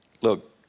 Look